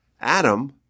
Adam